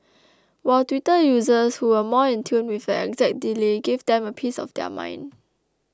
while Twitter users who were more in tune with the exact delay gave them a piece of their mind